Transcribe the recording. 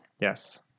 Yes